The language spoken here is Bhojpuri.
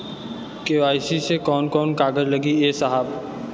के.वाइ.सी मे कवन कवन कागज लगी ए साहब?